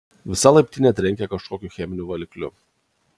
visa laiptinė trenkė kažkokiu cheminiu valikliu